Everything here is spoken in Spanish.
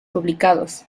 publicados